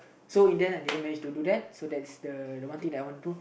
so in the end I didn't manage to do that so that's the the one thing that I want to do